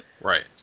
Right